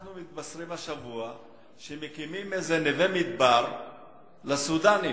אנחנו מתבשרים השבוע שמקימים איזה נווה-מדבר לסודנים.